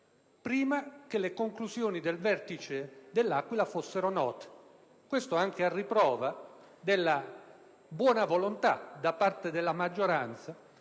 prima che le conclusioni del vertice de L'Aquila fossero note, e questo anche a riprova della buona volontà da parte della maggioranza,